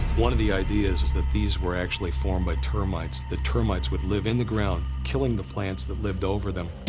one of the ideas is that these were actually formed by termites. the termites would live in the ground, killing the plants that lived over them.